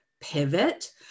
pivot